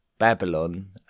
Babylon